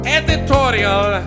editorial